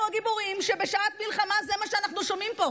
הגיבורים שבשעת מלחמה זה מה שאנחנו שומעים פה.